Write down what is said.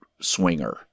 swinger